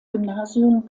gymnasium